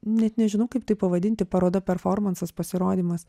net nežinau kaip tai pavadinti paroda performansas pasirodymas